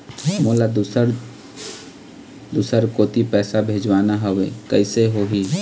मोला दुसर दूसर कोती पैसा भेजवाना हवे, कइसे होही?